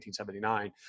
1979